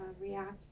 react